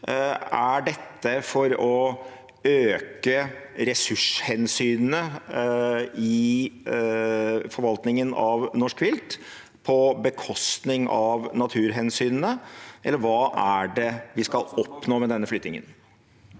Er dette for å legge økt vekt på ressurshensynene i forvaltningen av norsk vilt på bekostning av naturhensynene, eller hva er det vi skal oppnå med denne flyttingen?